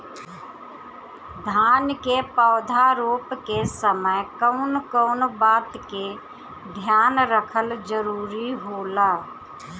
धान के पौधा रोप के समय कउन कउन बात के ध्यान रखल जरूरी होला?